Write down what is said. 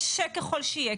קשה ככל שיהיה,